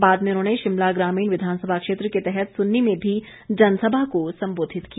बाद में उन्होंने शिमला ग्रामीण विधानसभा क्षेत्र के तहत सुन्नी में भी जनसभा को सम्बोधित किया